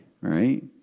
right